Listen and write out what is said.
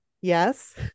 yes